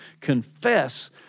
confess